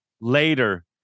Later